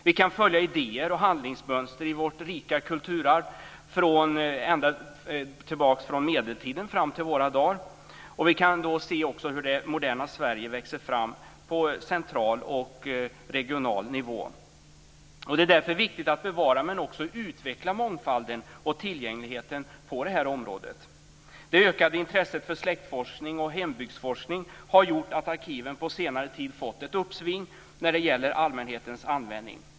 Vi kan följa idéer och handlingsmönster i vårt rika kulturarv ända från medeltiden och fram till våra dagar. Vi kan då se hur det moderna Sverige växer fram på central och regional nivå. Därför är det viktigt att både bevara och utveckla mångfalden och tillgängligheten på området. Det ökade intresset för släktforskning och hembygdsforskning har gjort att arkiven på senare tid fått ett uppsving när det gäller allmänhetens användning.